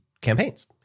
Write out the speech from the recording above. campaigns